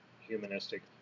humanistic